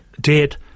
Dead